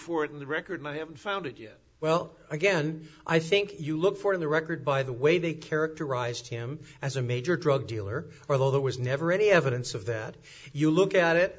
for it in the record i haven't found it yet well again i think you look for in the record by the way they characterized him as a major drug dealer or though that was never any evidence of that you look at it